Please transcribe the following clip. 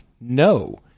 No